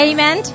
Amen